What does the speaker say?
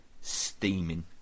Steaming